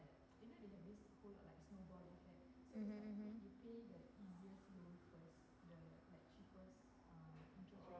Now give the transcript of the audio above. mmhmm mmhmm